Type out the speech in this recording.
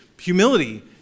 humility